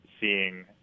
seeing